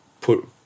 put